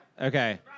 Okay